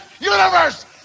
universe